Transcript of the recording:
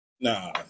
nah